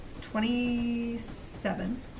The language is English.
Twenty-seven